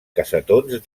cassetons